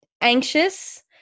anxious